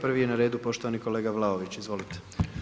Prvi je na redu poštovani kolega Vlaović, izvolite.